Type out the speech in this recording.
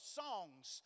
songs